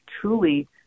truly